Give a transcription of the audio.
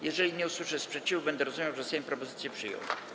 Jeżeli nie usłyszę sprzeciwu, będę rozumiał, że Sejm propozycje przyjął.